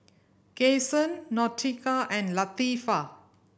Cason Nautica and Latifah